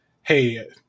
hey